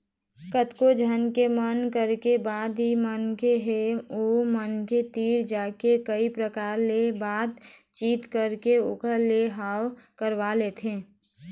कतको झन के मना करे के बाद मनखे ह ओ मनखे तीर जाके कई परकार ले बात चीत करके ओखर ले हाँ करवा लेथे